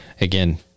again